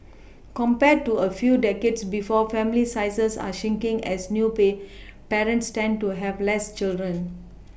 compared to a few decades before family sizes are shrinking as new pay parents tend to have less children